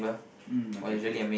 mm okay K